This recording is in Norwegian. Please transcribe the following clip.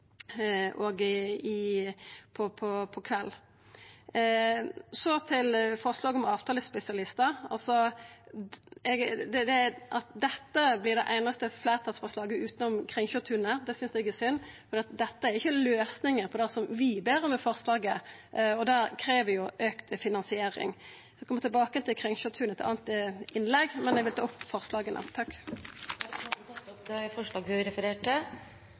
Så til forslaget om avtalespesialistar: At dette vert det einaste fleirtalsforslaget utanom Kringsjåtunet, synest eg er synd, for dette er ikkje løysinga på det vi ber om i forslaget, og det krev auka finansiering. Eg kjem tilbake til Kringsjåtunet i eit anna innlegg, men eg vil ta opp forslaget frå Senterpartiet. Representanten Kjersti Toppe har tatt opp det forslaget hun refererte til.